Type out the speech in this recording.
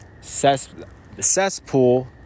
cesspool